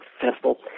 successful